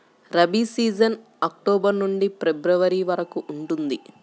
rabi season October నుండి February వరకు ఉంటుంది